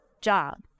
job